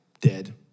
Dead